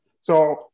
So-